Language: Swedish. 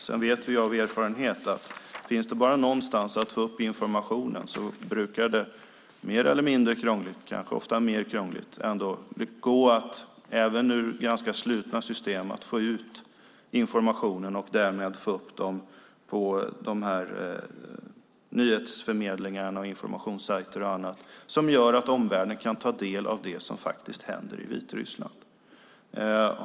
Sedan vet vi av erfarenhet att om det bara finns någonstans där man kan få upp informationen brukar det, mer eller mindre krångligt, kanske ofta mer krångligt, gå att även ur ganska slutna system få ut informationen. Därmed kan man få ut den på de här nyhetsförmedlingarna och på informationssajter och annat som gör att omvärlden kan ta del av det som faktiskt händer i Vitryssland.